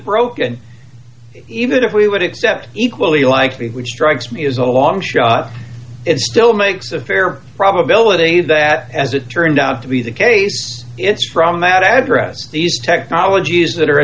broken even if we would accept equally likely which strikes me as a long shot it still makes a fair probability that as it turned out to be the case it's from that address these technologies that or